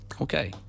okay